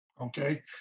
okay